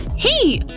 hey!